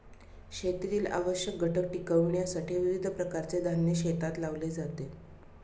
शेतीतील आवश्यक घटक टिकविण्यासाठी विविध प्रकारचे धान्य शेतात लावले जाते